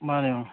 ꯃꯥꯟꯅꯦ ꯃꯥꯟꯅꯦ